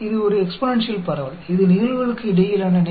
तो यह एक एक्सपोनेंशियल डिस्ट्रीब्यूशन है